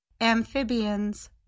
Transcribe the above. amphibians